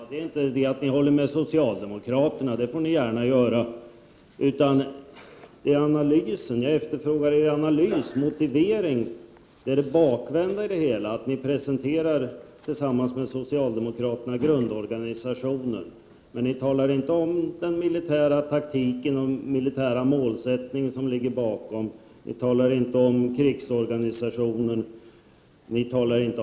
Herr talman! Det som jag menar är fel är inte att vpk håller med socialdemokraterna. Det får ni gärna göra. Jag efterfrågade er analys och motivering. Ni vänder det hela bakfram. Ni presenterar tillsammans med socialdemokraterna en grundorganisation, men ni talar inte om den militära taktiken och den militära målsättning som ligger bakom. Ni talar inte om krigsorganisationen och hotbilderna.